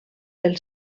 pel